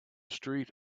street